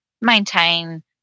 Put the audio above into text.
maintain